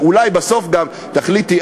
ואולי בסוף גם תחליטי,